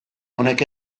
honek